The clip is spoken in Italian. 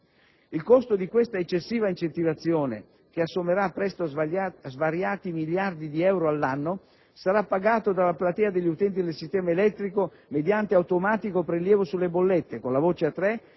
Il costo di questa eccessiva incentivazione - che assommerà presto a svariati miliardi di euro l'anno - sarà pagato dalla platea degli utenti del sistema elettrico mediante prelievo automatico sulle bollette (con la voce A3),